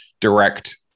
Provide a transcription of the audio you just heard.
direct